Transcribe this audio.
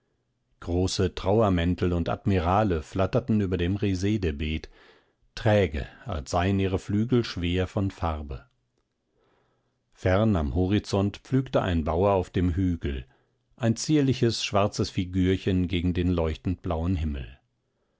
große trauermäntel und admirale flatterten über dem resedebeet träge als seien ihre flügel schwer von farbe fern am horizont pflügte ein bauer auf dem hügel ein zierliches schwarzes figürchen gegen den leuchtendblauen himmel